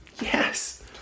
Yes